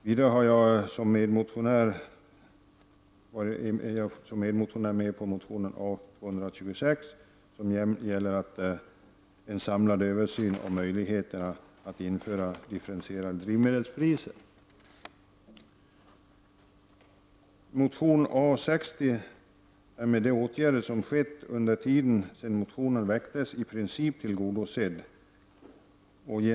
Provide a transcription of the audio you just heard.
Vidare är jag medmotionär när det gäller motion A426, som en samlad översyn av möjligheterna att införa differentierade drivmedelspriser. Motion A60 är genom den utredning som tillsatts sedan motionen väcktes i princip tillgodosedd.